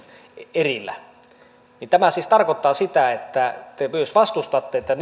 erillä tämä siis tarkoittaa sitä että te myös vastustatte että